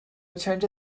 returned